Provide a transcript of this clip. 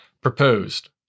proposed